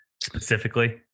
specifically